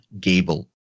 Gable